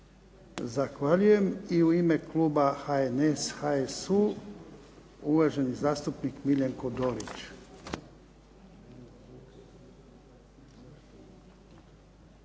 Zahvaljujem. I u ime klub HNS-a, HSU-a uvaženi zastupnik Miljenko Dorić.